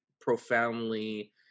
profoundly